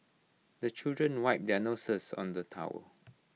the children wipe their noses on the towel